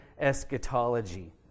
eschatology